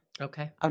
Okay